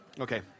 okay